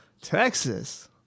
Texas